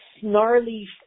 snarly